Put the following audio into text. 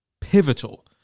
pivotal